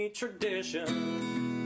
Tradition